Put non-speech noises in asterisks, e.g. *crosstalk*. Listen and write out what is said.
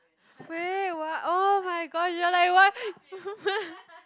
where what oh-my-god you're like what *laughs*